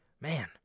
Man